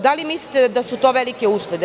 Da li mislite da su to velike uštede?